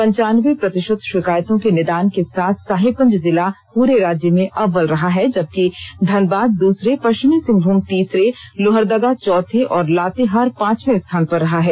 पंचान्बे प्रतिशत शिकायतों के निदान के साथ साहेबगंज जिला पूरे राज्य में अव्वल रहा है जबकि धनबाद दूसरे पश्चिमी सिंहभूम तीसरे लोहरदगा चौथे और लातेहार पांचवे स्थान पर रहा है